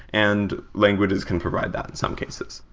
and languages can provide that in some cases.